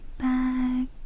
back